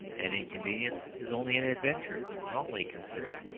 an inconvenience is only an adventure wrongly considered.